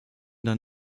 dann